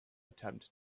attempt